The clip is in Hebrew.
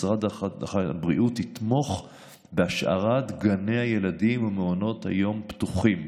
משרד הבריאות יתמוך בהשארת גני הילדים ומעונות היום פתוחים.